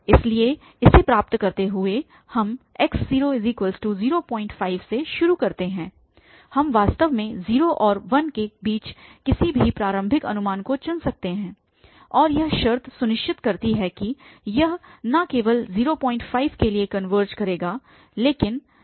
इसलिए इसे प्राप्त करते हुए हम x005 से शुरू करते हैं हम वास्तव में 0 और 1 के बीच किसी भी प्रारंभिक अनुमान को चुन सकते हैं और यह शर्त सुनिश्चित करती है कि यह न केवल 05 के लिए कनवर्ज करेगा